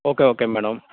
okay okay madam